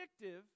addictive